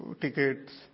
tickets